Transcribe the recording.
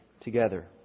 together